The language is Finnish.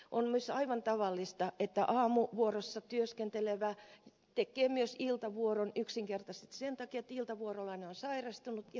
on myös aivan tavallista että aamuvuorossa työskentelevä tekee myös iltavuoron yksinkertaisesti sen takia että iltavuorolainen on sairastunut ja sijaisia ei saada